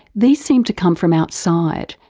these seem to come from outside,